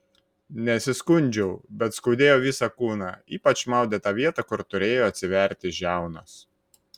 nesiskundžiau bet skaudėjo visą kūną ypač maudė tą vietą kur turėjo atsiverti žiaunos